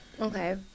Okay